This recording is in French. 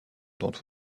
dont